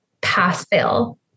pass-fail